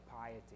piety